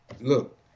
look